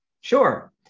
Sure